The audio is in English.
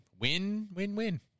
Win-win-win